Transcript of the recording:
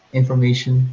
information